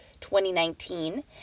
2019